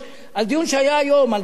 על דיון שהיה היום על דירות,